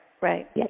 right